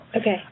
Okay